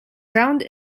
found